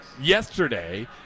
yesterday